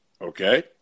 Okay